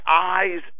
eyes